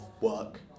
work